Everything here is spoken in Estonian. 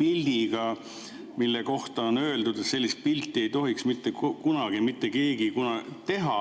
pildi pealt, mille kohta on öeldud, et sellist pilti ei tohiks mitte kunagi mitte keegi teha,